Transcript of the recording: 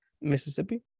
Mississippi